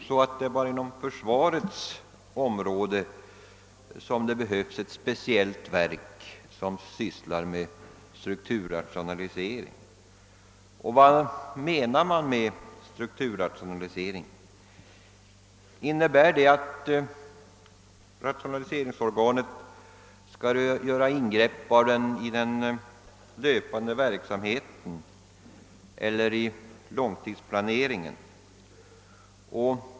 Herr talman! Jag beklagar att herr Gustafsson i Uddevalla inte ville svara på vilken myndighet som har det fulla rationaliseringsansvaret när man inrättar detta nya verk. Herr Gustafsson har sagt att försvarsmaktens omslutning gör att det just där behövs ett speciellt rationaliseringsverk. Är det hela skälet till att man inrättar detta verk? Man frågar sig: Är det bara inom försvarets område som det behövs ett speciellt verk som sysslar med strukturrationalisering? Vad menar man med strukturrationalisering? Innebär det att rationaliseringsorganet skall göra ingrepp i den löpande verksamheten eller i långtidsplaneringen?